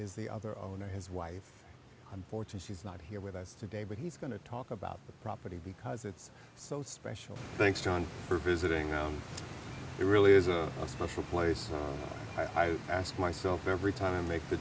is the other owner his wife unfortunately is not here with us today but he's going to talk about the property because it's so special thanks john for visiting them it really is a special place i've asked myself every time make the